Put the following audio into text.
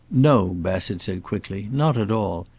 no, bassett said quickly. not at all.